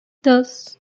dos